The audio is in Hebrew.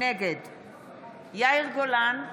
נגד יאיר גולן,